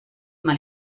mal